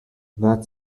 that